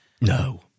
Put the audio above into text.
No